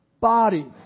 body